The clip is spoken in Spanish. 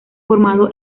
formado